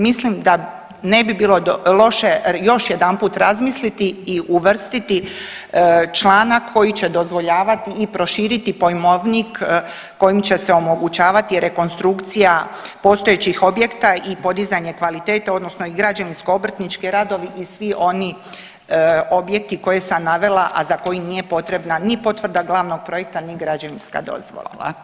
Mislim da ne bi bilo loše još jedanput razmisliti i uvrstiti članak koji će dozvoljavati i proširiti pojmovnik kojim će se omogućavati rekonstrukcija postojećih objekta i podizanje kvalitete odnosno i građevinsko-obrtnički radovi i svi oni objekti koje sam navela, a za koji nije potrebna ni potvrda glavnog projekta ni građevinska dozvola.